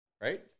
Right